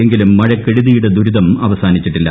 എങ്കിലും ക്കെടുതിയുടെ ദുരിതം അവസാനിച്ചിട്ടില്ല